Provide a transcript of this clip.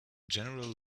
general